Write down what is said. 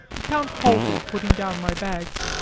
the count halted, putting down my bags,